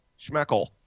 Schmeckle